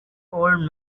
old